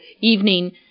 evening